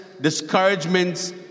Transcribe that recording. discouragements